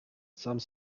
some